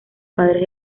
padres